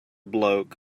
bloke